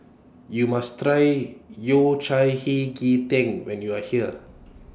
YOU must Try Yao Cai Hei Ji Tang when YOU Are here